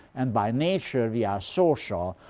and by nature we are social.